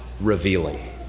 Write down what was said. revealing